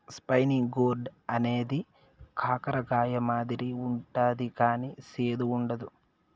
spiny gourd అనేది కాకర కాయ మాదిరి ఉంటది కానీ సేదు ఉండదు